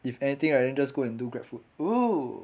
if anything right then just go and do grab food !woo!